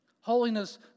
Holiness